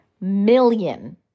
million